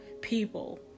people